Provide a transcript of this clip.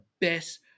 best